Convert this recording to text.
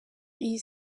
iyi